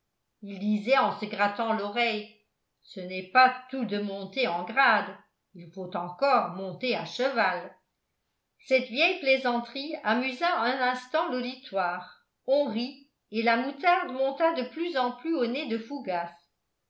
ils disaient en se grattant l'oreille ce n'est pas tout de monter en grade il faut encore monter à cheval cette vieille plaisanterie amusa un instant l'auditoire on rit et la moutarde monta de plus en plus au nez de fougas